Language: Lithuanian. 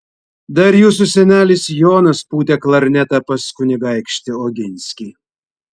dar jūsų senelis jonas pūtė klarnetą pas kunigaikštį oginskį